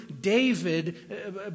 David